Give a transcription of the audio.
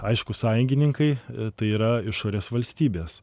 aišku sąjungininkai tai yra išorės valstybės